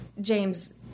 James